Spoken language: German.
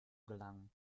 gelangen